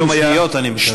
30 שניות, אני מקווה.